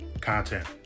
Content